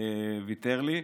ויתר לי.